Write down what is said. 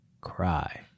cry